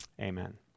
Amen